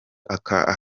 aka